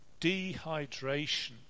dehydration